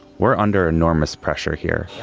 we're under enormous pressure here,